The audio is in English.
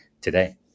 today